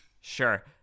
Sure